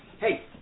hey